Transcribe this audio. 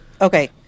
Okay